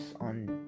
on